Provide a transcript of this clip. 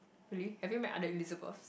really have you met other Elizabeths